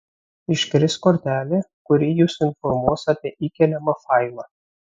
iškris kortelė kuri jus informuos apie įkeliamą failą